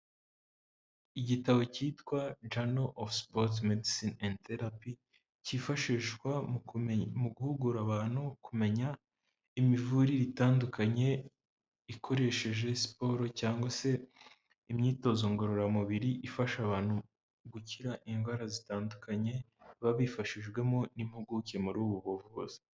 Igitabo cyitwa journal of sports medecine and therapy cyifashishwa mu mu guhugura abantu kumenya imivurire itandukanye ikoresheje siporo cyangwa se imyitozo ngororamubiri ifasha abantu gukira indwara zitandukanye babifashijwemo n'impuguke muri ubu buvuzi.